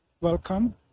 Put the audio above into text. Welcome